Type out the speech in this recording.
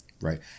Right